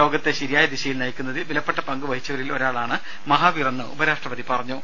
ലോകത്തെ ശരിയായ ദിശയിൽ നയിക്കുന്നതിൽ വിലപ്പെട്ട പങ്ക് വഹിച്ചവരിൽ ഒരാളാണ് മഹാവീറെന്ന് ഉപരാഷ്ട്രപതി പറഞ്ഞു